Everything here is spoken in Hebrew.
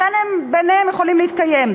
לכן, הם ביניהם יכולים להתקיים.